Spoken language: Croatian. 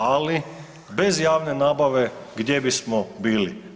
Ali bez javne nabave gdje bismo bili?